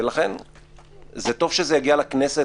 לכן זה טוב שזה יגיע לכנסת,